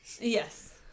Yes